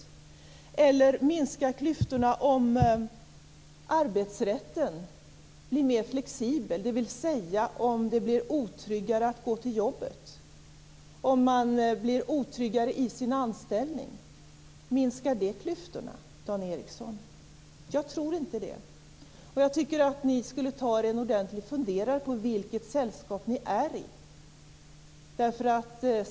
Inte heller minskar väl klyftorna om arbetsrätten blir mer flexibel, dvs. om det blir otryggare att gå till jobbet, om man blir otryggare i sin anställning. Minskar det klyftorna, Dan Ericsson? Jag tror inte det. Jag tycker att ni skulle ta er en ordentlig funderare på vilket sällskap ni är i.